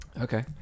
Okay